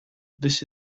this